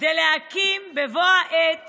כדי להקים בבוא העת